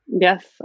Yes